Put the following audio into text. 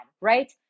right